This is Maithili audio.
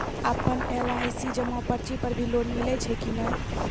आपन एल.आई.सी जमा पर्ची पर भी लोन मिलै छै कि नै?